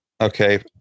Okay